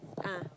ah